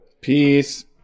Peace